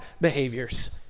behaviors